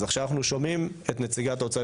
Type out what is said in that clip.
אז עכשיו אנחנו שומעים את נציגת האוצר,